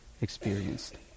experienced